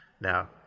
now